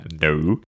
No